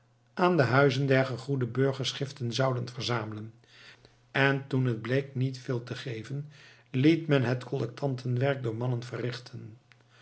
aan de huizen der gegoede burgers giften zouden verzamelen en toen het bleek niet veel te geven liet men het collectanten werk door mannen verrichten